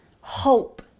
hope